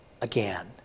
again